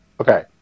Okay